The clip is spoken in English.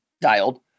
dialed